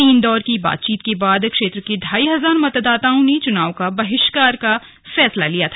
तीन दौर की बातचीत के बाद क्षेत्र के ढाई हजार मतदाताओं ने चुनाव बहिष्कार का फैसला वापस ले लिया है